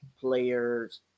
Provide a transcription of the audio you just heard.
players